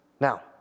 Now